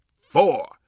four